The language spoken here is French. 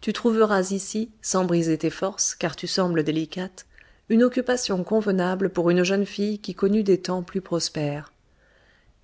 tu trouveras ici sans briser tes forces car tu sembles délicate une occupation convenable pour une jeune fille qui connut des temps plus prospères